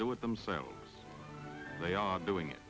do it themselves they are doing it